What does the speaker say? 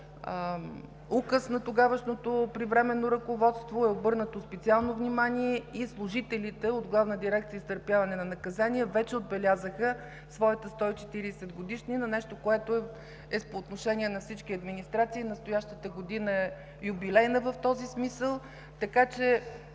Указ на тогавашното Привременно ръководство е обърнато специално внимание и служителите от Главна дирекция „Изпълнение на наказанията“ вече отбелязаха своята 140-годишнина – нещо, което е по отношение на всички администрации. В този смисъл настоящата година е юбилейна. Казвам този факт,